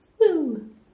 Woo